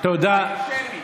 שמית.